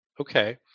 Okay